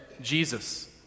Jesus